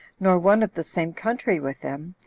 nor one of the same country with them,